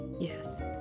Yes. (